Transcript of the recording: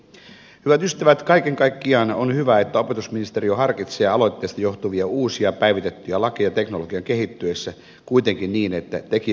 hyvät ystävät kaiken kaikkiaan on hyvä että opetusministeriö harkitsee aloitteesta johtuvia uusia päivitettyjä lakeja teknologian kehittyessä kuitenkin niin että tekijänoikeuksista pidetään huolta